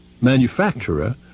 manufacturer